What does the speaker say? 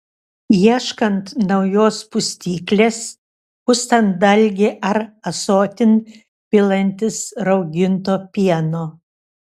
ieškant naujos pustyklės pustant dalgį ar ąsotin pilantis rauginto pieno